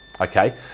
okay